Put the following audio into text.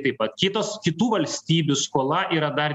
taip pat kitos kitų valstybių skola yra dar